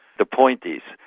the point is,